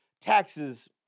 taxes